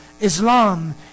Islam